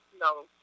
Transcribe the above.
no